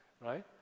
right